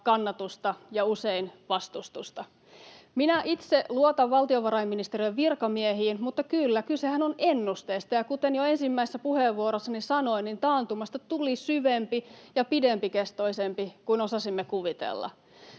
kannatusta ja usein vastustusta. Minä itse luotan valtiovarainministeriön virkamiehiin. Mutta kyllä, kysehän on ennusteesta. Ja kuten jo ensimmäisessä puheenvuorossani sanoin, taantumasta tuli syvempi ja pidempikestoinen kuin osasimme kuvitella.